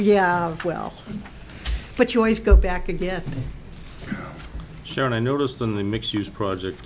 yeah well but you always go back again sharon i noticed in the mix use project